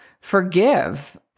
forgive